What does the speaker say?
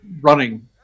running